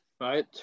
Right